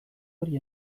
hori